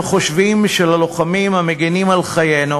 אנחנו חושבים שללוחמים המגינים על חיינו,